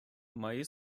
має